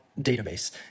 database